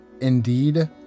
Indeed